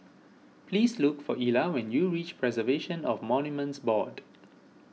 please look for Ela when you reach Preservation of Monuments Board